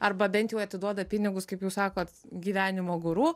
arba bent jau atiduoda pinigus kaip jūs sakot gyvenimo guru